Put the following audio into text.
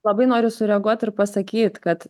labai noriu sureaguot ir pasakyt kad